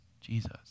Jesus